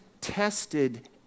tested